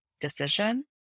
decision